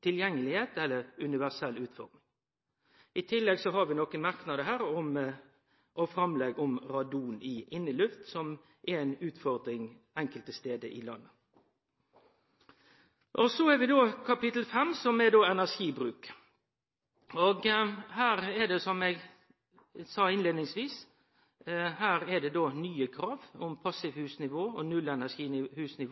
tilgjengelegheit eller universell utforming. I tillegg har vi nokre merknadar og forslag om radon i inneluft, som er ei utfordring enkelte stader i landet. Så har vi kapittel 5, som er om energibruk. Her er det som eg sa innleiingsvis, nye krav om passivhusnivå og nullenerginivå,